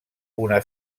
una